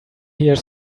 here